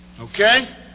Okay